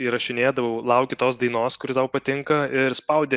įrašinėdavau lauki tos dainos kuri tau patinka ir spaudi